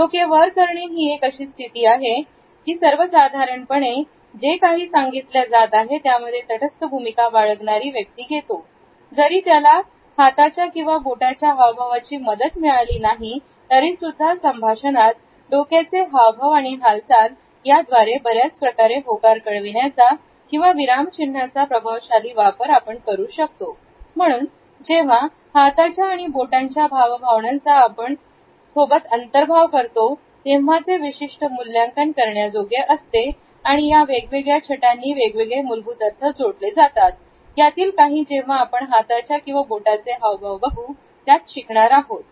डोके वर करणे ही एक अशी स्थिती आहे ती सर्वसाधारणपणे जे काही सांगितल्या जात आहे त्यामध्ये तटस्थ भूमिका बाळगणारी व्यक्ती घेतो जरी त्याला हाताच्या किंवा बोटाच्या हावभावांची मदत मिळाली नाही तरी सुद्धा संभाषणात डोक्याचे हावभाव आणि हालचाल याद्वारे बऱ्याच प्रकारे होकार कळविण्याचा किंवा विराम चिन्हाचा प्रभावशाली वापर करू शकतो म्हणून जेव्हा हातांच्या आणि बोटांच्या भावभावनांचा आपण या सोबत अंतर्भाव करतो तेव्हाचे विशिष्ट मूल्यांकन करण्याजोगे असते आणि या वेगवेगळ्या छटांनी वेगवेगळे मूलभूत अर्थ जोडले जातात यातील काही जेव्हा आपण हातांच्या आणि बोटांचे हावभाव बघू त्यात शिकणार आहोत